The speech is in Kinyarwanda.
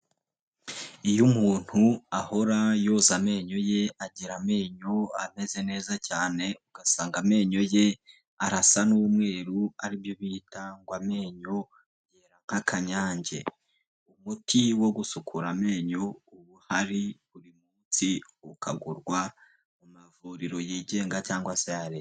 Iyo umuntu ahora yoza amenyo ye agira amenyo ameze neza cyane, ugasanga amenyo ye arasa n'umweru aribyo bitagwa amenyo yera nk'akanyange, umuti wo gusukura amenyo uba uhari buri munsi, ukagurwa mu mavuriro yigenga cyangwa se ya leta.